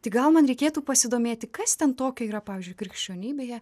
tai gal man reikėtų pasidomėti kas ten tokio yra pavyzdžiui krikščionybėje